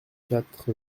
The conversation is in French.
quatre